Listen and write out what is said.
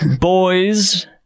Boys